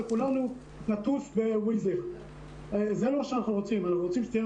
וכולנו נטוס ב- -- אנחנו רוצים שתהיינה